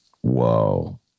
Whoa